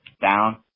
down